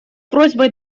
просьбой